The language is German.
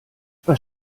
was